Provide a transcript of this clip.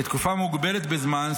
לתקופה מוגבלת בזמן,